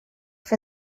for